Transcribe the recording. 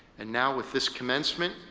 and now, with this commencement,